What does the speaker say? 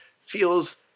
feels